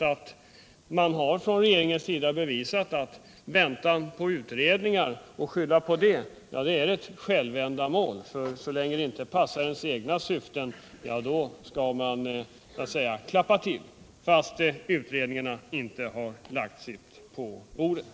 Regeringen har bevisat att väntan på utredningar är ett självändamål. När det passar ens egna syften, då klappar man till fastän utredningen inte har lagt något förslag på bordet.